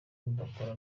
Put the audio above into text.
udakora